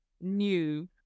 new